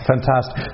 Fantastic